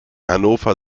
hannover